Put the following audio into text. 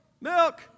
Milk